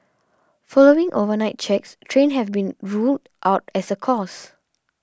following overnight checks trains have been ruled out as a cause